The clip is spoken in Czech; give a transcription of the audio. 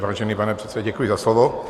Vážený pane předsedo, děkuji za slovo.